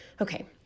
Okay